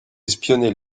espionner